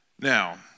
Now